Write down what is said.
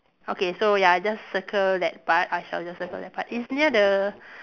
okay so ya just circle that part I shall just circle that part it's near the